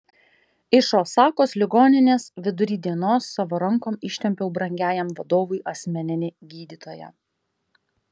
iš osakos ligoninės vidury dienos savo rankom ištempiau brangiajam vadovui asmeninį gydytoją